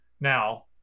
Now